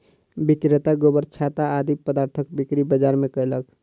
विक्रेता गोबरछत्ता आदि पदार्थक बिक्री बाजार मे कयलक